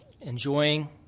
enjoying